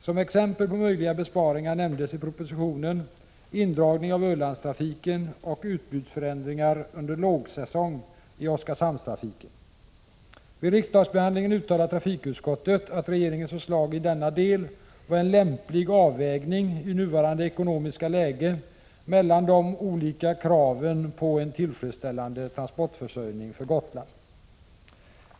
Som exempel på möjliga besparingar nämndes i propositionen indragning av Ölandstrafiken och utbudsförändringar under lågsäsong i Oskarshamnstrafiken. Vid riksdagsbehandlingen uttalade trafikutskottet att regeringens förslag i denna del var en lämplig avvägning i nuvarande ekonomiska läge mellan de olika kraven på en tillfredsställande transportförsörjning för Gotland.